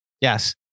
Yes